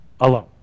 alone